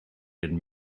had